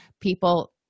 people